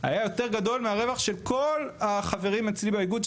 היה יותר גדול מהרווח של כל החברים אצלי באיגוד,